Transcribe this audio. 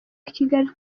kigali